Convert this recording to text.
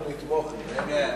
להצבעה.